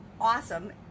awesome